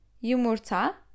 yumurta